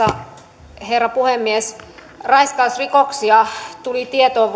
arvoisa herra puhemies vuonna kaksituhattaviisitoista raiskausrikoksia tuli tietoon